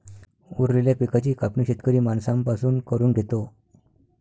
उरलेल्या पिकाची कापणी शेतकरी माणसां पासून करून घेतो